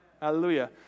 Hallelujah